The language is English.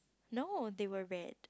no they were red